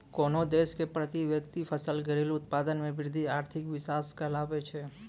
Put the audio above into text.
कोन्हो देश के प्रति व्यक्ति सकल घरेलू उत्पाद मे वृद्धि आर्थिक विकास कहलाबै छै